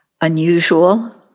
unusual